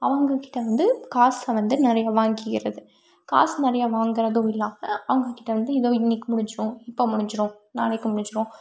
அவங்க கிட்டே வந்து காசை வந்து நிறையா வாங்கிக்கிறது காசு நிறையா வாங்குகிறதும் இல்லாமல் அவங்க கிட்ட வந்து இதோ இன்றைக்கு முடிஞ்சுடும் இப்போ முடிஞ்சுடும் நாளைக்கு முடிஞ்சுடும்